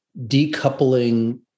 decoupling